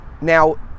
Now